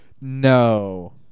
No